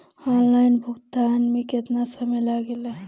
Online भुगतान में केतना समय लागेला?